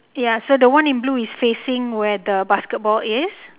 ya so the one in blue is facing where the basketball is